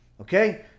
okay